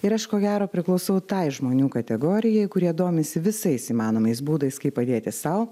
ir aš ko gero priklausau tai žmonių kategorijai kurie domisi visais įmanomais būdais kaip kaip padėti sau